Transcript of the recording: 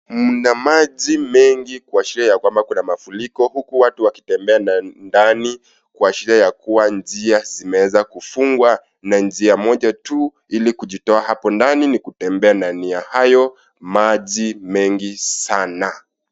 Mna maji megi kuashiria kwamba kuna mafuriko huku watu wakitembea ndani kuashiria ya kuwa njia zimeeza kufungwa na njia moja tu ili kujitoa hapo ndani ni kutembea ndani ya hayo maji mengi sana.